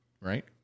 Right